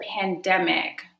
pandemic